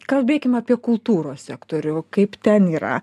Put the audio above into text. kalbėkim apie kultūros sektorių kaip ten yra